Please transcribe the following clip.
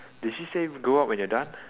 did she say go out when you're done